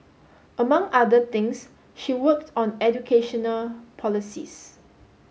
among other things she worked on educational policies